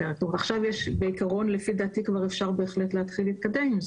לפי דעתי כבר אפשר בהחלט להתקדם,